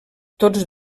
tots